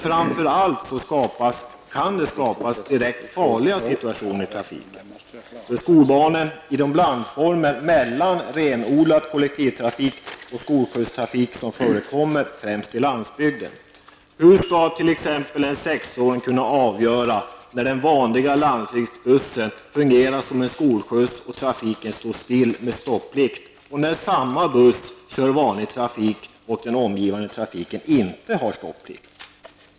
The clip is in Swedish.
Framför allt skapas dock direkt farliga situationer i trafiken för skolbarnen i de blandformer mellan renodlad kollektivtrafik och skolskjutstrafik som förekommer, främst på landsbygden. Hur skall t.ex. en sexåring kunna avgöra när den vanliga landsbygdsbussen fungerar som skolskjuts och trafiken står still med stopplikt, och när samma buss kör vanlig trafik och den omgivande trafiken inte har stopplikt?